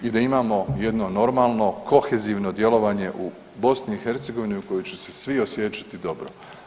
I da imamo jedno normalno kohezivno djelovanje u BiH u kojoj će se svi osjećati dobro.